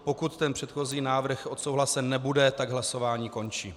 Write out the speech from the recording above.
Pokud předchozí návrh odsouhlasen nebude, tak hlasování končí.